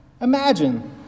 Imagine